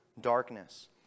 darkness